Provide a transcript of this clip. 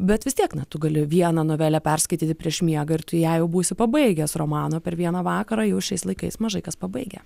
bet vis tiek na tu gali vieną novelę perskaityti prieš miegą ir tu ją jau būsiu pabaigęs romano per vieną vakarą jau šiais laikais mažai kas pabaigia